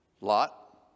lot